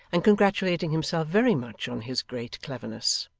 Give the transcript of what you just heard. and congratulating himself very much on his great cleverness.